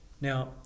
Now